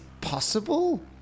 possible